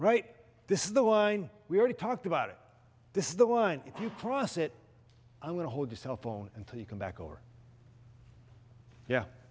right this is the line we already talked about it this is the line if you cross it i'm going to hold the cell phone until you come back or yeah